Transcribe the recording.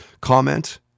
Comment